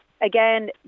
again